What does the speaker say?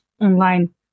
online